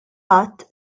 att